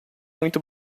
muito